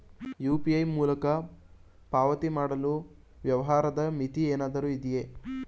UPI ಮೂಲಕ ಪಾವತಿ ಮಾಡಲು ವ್ಯವಹಾರದ ಮಿತಿ ಏನಾದರೂ ಇದೆಯೇ?